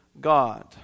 God